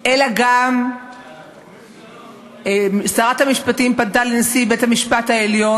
אלא גם שרת המשפטים פנתה לנשיא בית-המשפט העליון